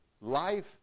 life